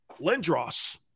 Lindros